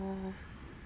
oh